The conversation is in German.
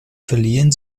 verlieren